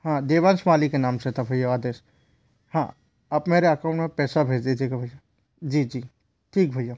हाँ देवांश माली कि नाम से था भय्या आदेश हाँ आप मेरे अकाउंट में पैसा भेज दीजिएगा भय्या जी जी ठीक भैय्या